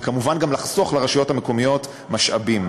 וכמובן גם לחסוך לרשויות המקומיות משאבים.